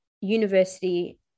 university